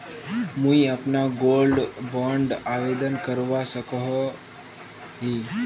मुई अपना gold bond आवेदन करवा सकोहो ही?